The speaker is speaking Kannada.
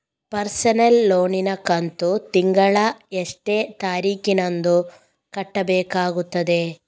ಪರ್ಸನಲ್ ಲೋನ್ ನ ಕಂತು ತಿಂಗಳ ಎಷ್ಟೇ ತಾರೀಕಿನಂದು ಕಟ್ಟಬೇಕಾಗುತ್ತದೆ?